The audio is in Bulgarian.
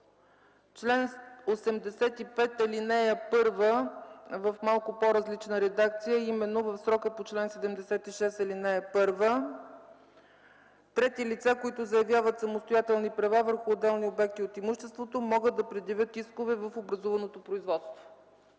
чл. 85, ал. 1 в малко по-различна редакция, а именно: „В срока по чл. 76, ал. 1 трети лица, които заявяват самостоятелни права върху отделни обекти от имуществото, могат да предявят искове в образуваното производство”.